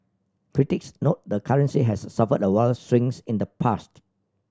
critics note the currency has suffered wild swings in the past